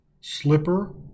slipper